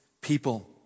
people